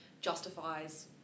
justifies